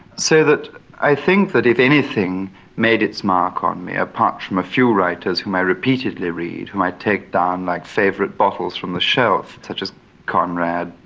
so i think that if anything made its mark on me, apart from a few writers whom i repeatedly read whom i take down like favourite bottles from the shelf, such as conrad,